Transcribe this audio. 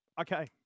Okay